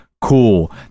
cool